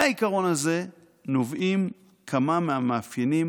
מן העיקרון הזה נובעים כמה מהמאפיינים